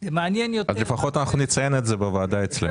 לפחות נציין את זה בוועדה אצלנו.